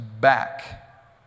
back